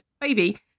baby